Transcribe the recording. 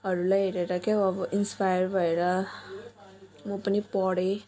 हरूलाई हेरेर के हो अब इन्स्पायर भएर म पनि पढेँ